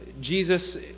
Jesus